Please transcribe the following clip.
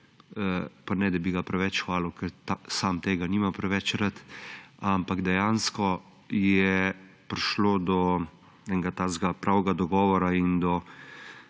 Pa ne da bi ga preveč hvalil, ker sam tega nima preveč rad, ampak dejansko je prišlo do enega pravega dogovora in do